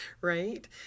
Right